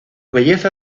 belleza